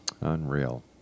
Unreal